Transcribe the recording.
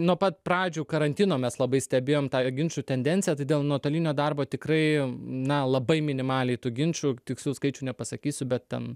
nuo pat pradžių karantino mes labai stebėjom tą ginčų tendenciją tai dėl nuotolinio darbo tikrai na labai minimaliai tų ginčų tikslių skaičių nepasakysiu bet ten